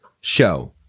Show